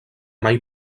mai